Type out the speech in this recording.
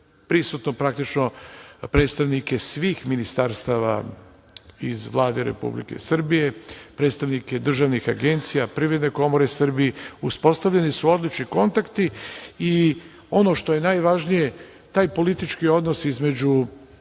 prisutno praktično predstavnike svih ministarstava iz Vlade Republike Srbije, predstavnike državnih agencija, Privredne komore Srbije, uspostavljeni su odlični kontakti i ono što je najvažnije taj politički odnos između